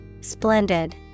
Splendid